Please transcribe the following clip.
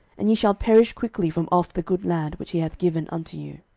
and ye shall perish quickly from off the good land which he hath given unto you.